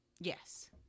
Yes